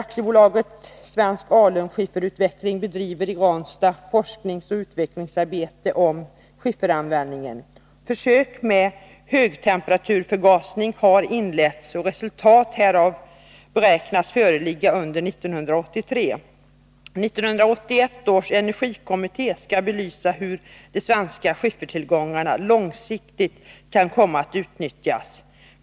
AB Svensk alunskifferutveckling bedriver i Ranstad forskningsoch utvecklingsarbete om skifferanvändning. Försök med högtemperaturförgasning har inletts. Resultat härav beräknas föreligga under 1983. 1981 års energikommitté skall belysa hur de svenska skiffertillgångarna långsiktigt kan komma att utnyttjas.